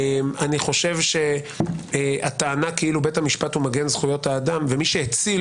אני חושב שהטענה כאילו בית המשפט הוא מגן זכויות אדם ומי שהציל,